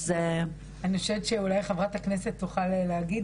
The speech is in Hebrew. אז -- אני חושבת שאולי חברת הכנסת תוכל להגיד,